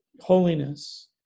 Holiness